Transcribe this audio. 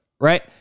right